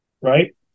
right